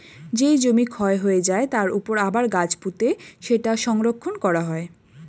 যেই জমি ক্ষয় হয়ে যায়, তার উপর আবার গাছ পুঁতে সেটা সংরক্ষণ করা হয়